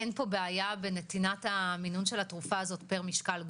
תסביר לנו על קו ראשון וקו שני מה ההבדל במחקר שנעשה,